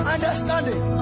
Understanding